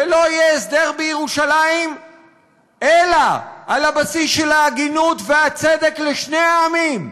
ולא יהיה הסדר בירושלים אלא על הבסיס של ההגינות והצדק לשני העמים.